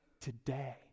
Today